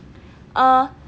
err